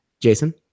Jason